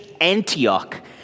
Antioch